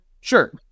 sure